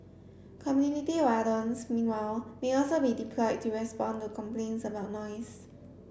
community wardens meanwhile may also be deployed to respond to complaints about noise